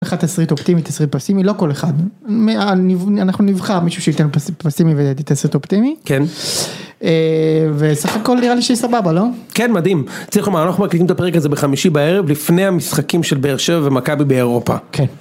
א: לך תסריט אופטימי תסריט פסימי לא כל אחד מה... אנחנו נבחר מישהו שיתן תסריט פסימי ויתן תסריט אופטימי... ב: כן. א: וסך הכל נראה לי שסבבה לא? ב: כן מדהים. צריך לומר אנחנו מקליטים את הפרק הזה בחמישי בערב לפני המשחקים של באר שבע ומכבי באירופה.